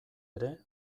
ere